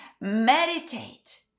Meditate